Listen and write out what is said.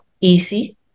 easy